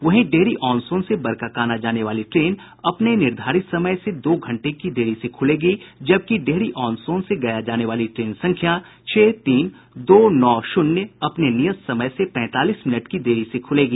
वहीं डेहरी ऑन सोन से बरकाकाना जाने वाली ट्रेन अपने निर्धारित समय से दो घंटे की देरी से खुलेगी जबकि डेहरी ऑन सोन से गया जाने वाली ट्रेन संख्या छह तीन दो नौ शून्य अपने नियत समय से पैंतालीस मिनट की देरी से खुलेगी